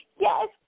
yes